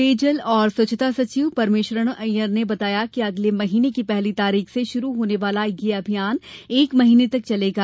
पेयजल और स्वच्छता सचिव परमेश्वरण अय्यर ने बताया कि अगले महीने की पहली तारीख से शुरू होने वाला यह अभियान एक महीने तक चलेगा